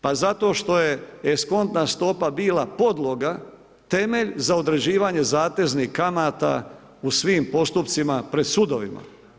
Pa zato što je eskontna stopa bila podloga, temelj za određivanje zateznih kamata u svim postupcima pred sudovima.